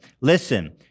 listen